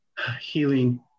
healing